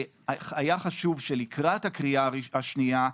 היה חשוב שלקראת הקריאה השנייה,